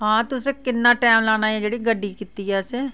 हां तुसें किन्ना टैम लाना ऐ जेह्ड़ी गड्डी कीती ऐ असें